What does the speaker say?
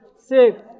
six